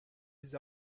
his